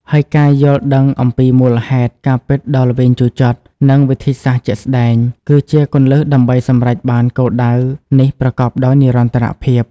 ហើយការយល់ដឹងអំពីមូលហេតុ ការពិតដ៏ល្វីងជូរចត់ និងវិធីសាស្រ្តជាក់ស្តែង គឺជាគន្លឹះដើម្បីសម្រេចបានគោលដៅនេះប្រកបដោយនិរន្តរភាព។